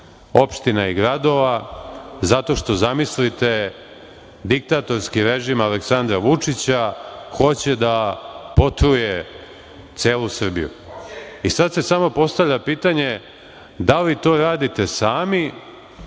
opština i gradova zato što, zamislite, diktatorski režim Aleksandra Vučića hoće da potruje celu Srbiju. Sada se samo postavlja pitanje – da li to radite sami